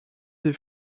des